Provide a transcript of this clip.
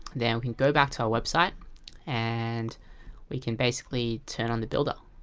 then we can go back to your website and we can basically turn on the builder